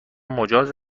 مجاز